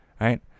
right